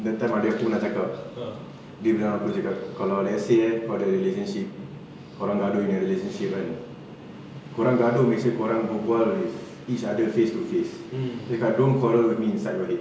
that time adik aku pernah cakap ah dia bilang aku cakap kalau let's say eh the relationship korang gaduh in a relationship kan korang gaduh make sure korang berbual with each other face to face mm then gaduh quarrel with inside